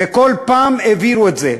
וכל פעם העבירו את זה.